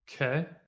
Okay